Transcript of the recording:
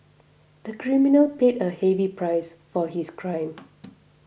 the criminal paid a heavy price for his crime